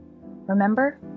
Remember